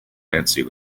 fancy